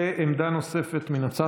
ועמדה נוספת מן הצד,